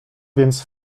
więc